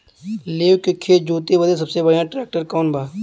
लेव के खेत जोते बदे सबसे बढ़ियां ट्रैक्टर कवन बा?